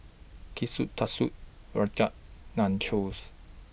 Kushikatsu Rajma Nachos